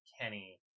Kenny